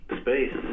space